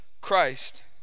Christ